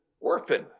orphan